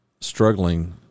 struggling